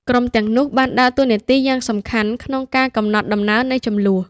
ក្រុមទាំងនោះបានដើរតួនាទីយ៉ាងសំខាន់ក្នុងការកំណត់ដំណើរនៃជម្លោះ។